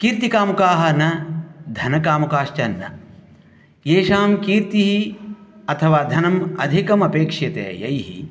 कीर्तिकामुकाः न धनकामुकाश्च न एषां कीर्तिः अथवा धनम् अधिकम् अपेक्ष्यते यैः